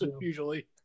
usually